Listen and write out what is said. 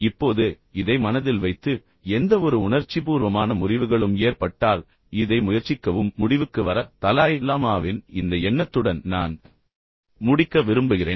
இப்போது இதை மனதில் வைத்து எந்தவொரு உணர்ச்சிபூர்வமான முறிவுகளும் ஏற்பட்டால் இதை முயற்சிக்கவும் முடிவுக்கு வர தலாய் லாமாவின் இந்த எண்ணத்துடன் நான் முடிக்க விரும்புகிறேன்